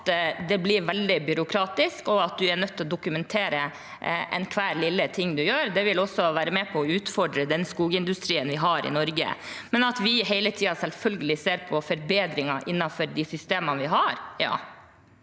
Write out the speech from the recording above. at det blir veldig byråkratisk, og at vi er nødt til å dokumentere enhver lille ting vi gjør. Det vil også være med på å utfordre den skogindustrien vi har i Norge. Men vi ser selvfølgelig hele tiden på forbedringer innenfor de systemene vi har.